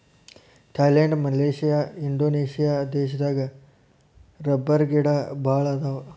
Thailand Malaysia Indonesia ದೇಶದಾಗ ರಬ್ಬರಗಿಡಾ ಬಾಳ ಅದಾವ